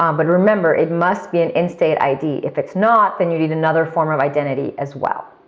um but remember, it must be an in state id. if it's not, then you need another form of identity as well.